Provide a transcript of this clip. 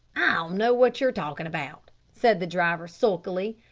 know what you're talking about, said the driver sulkily.